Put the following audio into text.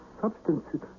substances